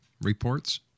reports